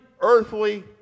earthly